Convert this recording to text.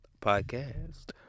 podcast